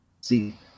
see